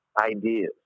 ideas